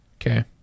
Okay